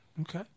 okay